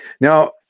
Now